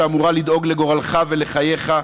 שאמורה לדאוג לגורלך ולחייך,